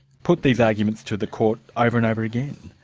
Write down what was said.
put these arguments to the court over and over again?